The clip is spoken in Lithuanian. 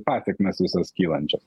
pasekmes visas kylančias